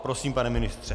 Prosím, pane ministře.